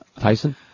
Tyson